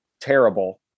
terrible